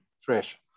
fresh